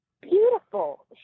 beautiful